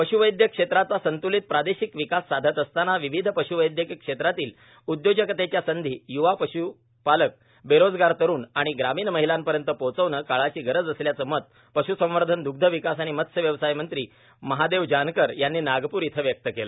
पशूवैद्यक क्षेत्राचा संतुलित प्रादेशिक विकास साधत असतांना विविध पशूवैद्यक क्षेत्रातील उद्योजकतेच्या संधी युवा पश्पालक बेरोजगार तरुण आणि ग्रामीण महिलांपर्यंत पोहोचविणे काळाची गरज असल्याचे मत पश्संवर्धन द्ग्धविकास आणि मत्स्य व्यवसाय मंत्री महादेव जानकर यांनी नागपूर इथ व्यक्त केले